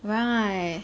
right